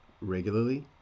regularly